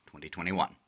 2021